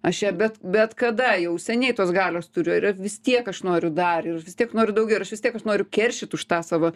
aš ją bet bet kada jau seniai tos galios turiu ir vis tiek aš noriu dar ir vis tiek noriu daugiau ir aš vis tiek aš noriu keršyt už tą savo